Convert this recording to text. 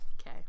okay